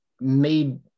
made